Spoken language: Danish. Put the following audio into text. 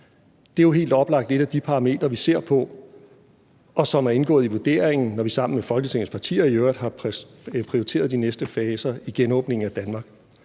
Det er jo helt oplagt et af de parametre, vi ser på, og som er indgået i vurderingen, når vi sammen med Folketingets partier i øvrigt har prioriteret de næste faser af genåbningen af Danmark.